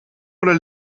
oder